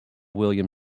william